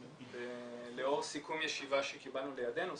לאור סיכום ישיבה שקיבלנו לידינו,